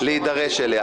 אמרתי.